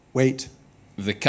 wait